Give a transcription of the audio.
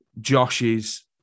Josh's